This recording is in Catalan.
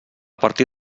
partir